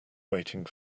waiting